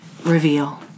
Reveal